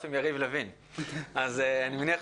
אני מניח שיש עוד כמה.